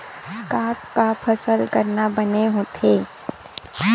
का का फसल करना बने होथे?